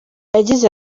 yagize